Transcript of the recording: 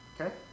Okay